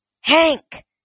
Hank